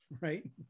right